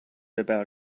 about